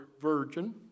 virgin